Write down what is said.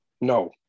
No